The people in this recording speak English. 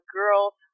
girls